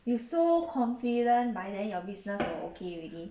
you so confident by then your business will okay already